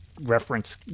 reference